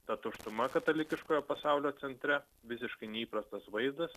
ta tuštuma katalikiškojo pasaulio centre visiškai neįprastas vaizdas